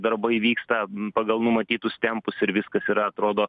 darbai vyksta pagal numatytus tempus ir viskas yra atrodo